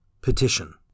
Petition